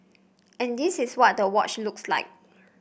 and this is what the watch looks like